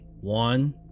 One